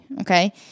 Okay